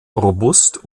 robust